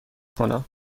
کنم